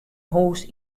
hûs